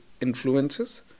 influences